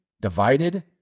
divided